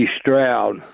Stroud